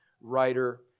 writer